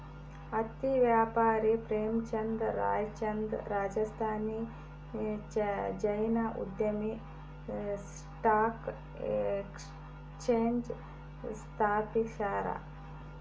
ಹತ್ತಿ ವ್ಯಾಪಾರಿ ಪ್ರೇಮಚಂದ್ ರಾಯ್ಚಂದ್ ರಾಜಸ್ಥಾನಿ ಜೈನ್ ಉದ್ಯಮಿ ಸ್ಟಾಕ್ ಎಕ್ಸ್ಚೇಂಜ್ ಸ್ಥಾಪಿಸ್ಯಾರ